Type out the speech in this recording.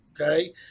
Okay